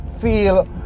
feel